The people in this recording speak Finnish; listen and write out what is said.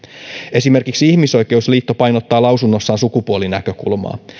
esimerkiksi ihmisoikeusliitto painottaa lausunnossaan sukupuolinäkökulmaa